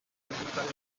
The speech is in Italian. reclutare